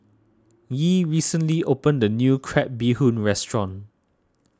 Yee recently opened a new Crab Bee Hoon restaurant